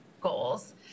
goals